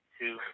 two